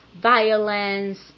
violence